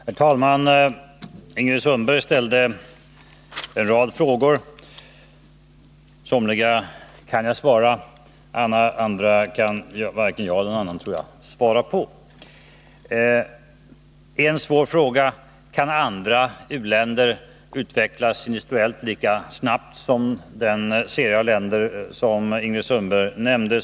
Herr talman! Ingrid Sundberg ställde en rad frågor. Somliga kan jag svara på, andra kan varken jag eller någon annan svara på. En svår fråga är: Kan andra u-länder utvecklas industriellt lika snabbt som den serie av länder som Ingrid Sundberg nämnde?